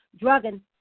drugging